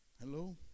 Hello